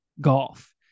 golf